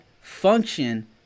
function